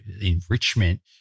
enrichment